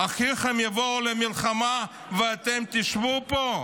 "האחיכם יבאו למלחמה ואתם תשבו פה".